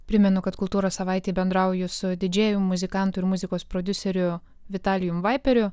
primenu kad kultūros savaitei bendrauju su didžėjum muzikantų ir muzikos prodiuseriu vitalijumi vaiperiu